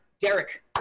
Derek